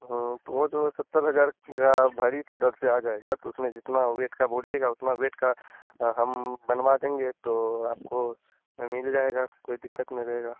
हाँ तो वह जो है सत्तर हज़ार भरी के दर से आ जाएगा तो उसमें जितना वेट का बोलिएगा उतना वेट का हम बनवा देंगे तो आपको मिल जाएगा कोई दिक्कत नहीं रहेगी